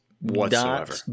whatsoever